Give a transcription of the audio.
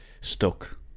stuck